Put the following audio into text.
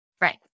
right